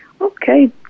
Okay